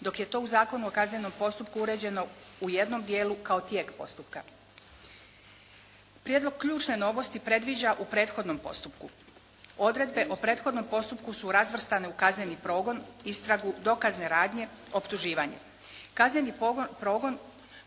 dok je to u Zakonu o kaznenom postupku uređeno u jednom dijelu kao tijek postupka. Prijedlog ključne novosti predviđa u prethodnom postupku. Odredbe o prethodnom postupku su razvrstane u kazneni progon, istragu, dokazne radnje, optuživanje. Kazneni progon,